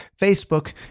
Facebook